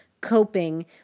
coping